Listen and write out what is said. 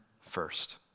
first